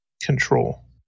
control